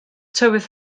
tywydd